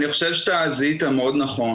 אני חושב שזיהית נכון מאוד.